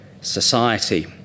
society